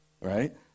right